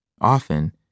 Often